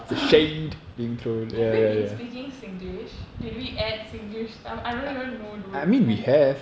have we been speaking singlish did we add singlish now I don't even dude like